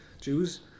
Jews